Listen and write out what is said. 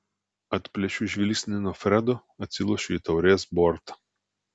atplėšiu žvilgsnį nuo fredo atsilošiu į taurės bortą